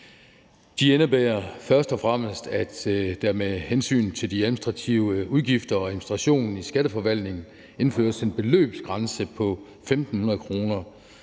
Det indebærer først og fremmest, at der med hensyn til de administrative udgifter og administrationen i Skatteforvaltningen indføres en beløbsgrænse på 1.500 kr.,